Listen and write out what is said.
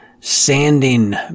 sanding